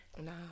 No